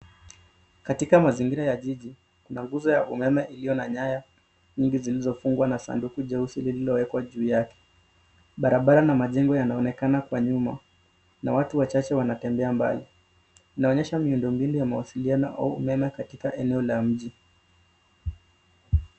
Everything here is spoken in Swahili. Katika mazingira ya jiji kuna nguzo ya umeme ilio na nyaya nyingi zilizofungwa na sanduku jeusi lililowekwa juu yake. Barabara na majengo yanaonekana kwa nyuma na watu wachache wanatembea mbali. Inaonyesha miundombinu ya mawasiliano au umeme katika eneo la mji.